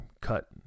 cut